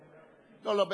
והרגתי, לא והרגתי.